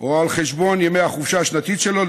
או על חשבון ימי החופשה השנתית שלו,